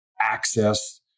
access